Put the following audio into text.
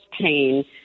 pain